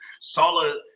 solid